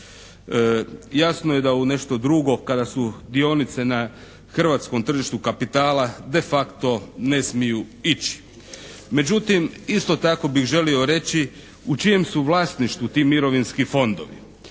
Jasno je da u nešto drugo kada su dionice na hrvatskom tržištu kapitala de facto ne smiju ići. Međutim isto tako bih želio reći u čijem su vlasništvu ti mirovinski fondovi?